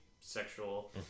sexual